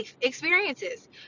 experiences